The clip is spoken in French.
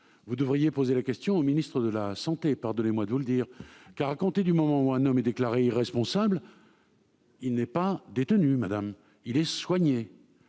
vous devriez poser la question au ministre de la santé, pardonnez-moi de vous le dire, car, à compter du moment où un homme est déclaré irresponsable, il n'est pas détenu : il est soigné.